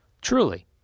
Truly